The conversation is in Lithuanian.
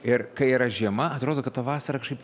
ir kai yra žiema atrodo kad ta vasara kažkaip